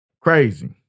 Crazy